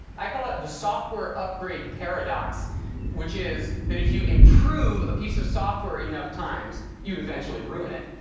i call it the software upgrade paradox which is that if you improve a piece of software enough times, you eventually ruin it.